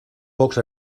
pocs